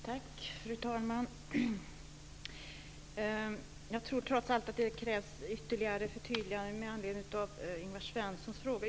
Fru talman! Jag tror trots allt att det krävs ytterligare förtydligande med anledning av Ingvar Svenssons fråga.